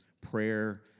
prayer